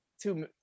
two